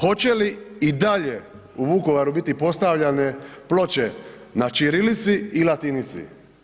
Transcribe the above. Hoće li i dalje u Vukovaru biti postavljane ploče na ćirilici i latinici?